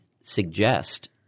suggest